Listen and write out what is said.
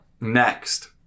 next